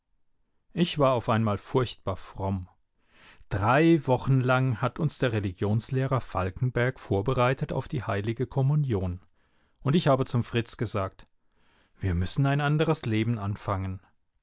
ich war auf einmal furchtbar fromm drei wochen lang hat uns der religionslehrer falkenberg vorbereitet auf die heilige kommunion und ich habe zum fritz gesagt wir müssen ein anderes leben anfangen